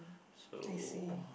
so